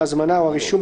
ההזמנה או הרישום,